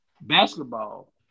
Basketball